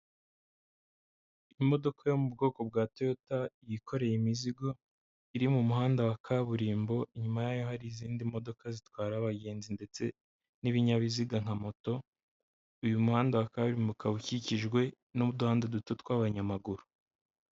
Imodoka yo mu bwoko bwa Toyota yikoreye imizigo, iri mu muhanda wa kaburimbo, inyuma y'aho hari izindi modoka zitwara abagenzi ndetse n'ibinyabiziga nka moto, uyu muhanda wa karimbo ukaba ukikijwe n'uduhanda duto tw'abanyamaguru.